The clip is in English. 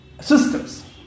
systems